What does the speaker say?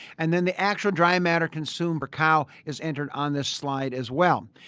and then the actual dry matter consumed per cow is entered on this slide as well.